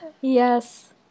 Yes